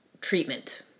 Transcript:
treatment